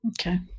Okay